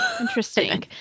Interesting